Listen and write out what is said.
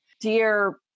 dear